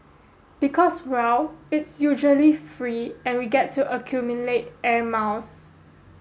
because well it's usually free and we get to accumulate air miles